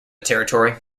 territory